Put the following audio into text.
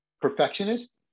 perfectionist